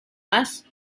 más